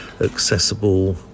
accessible